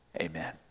Amen